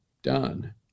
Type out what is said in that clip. done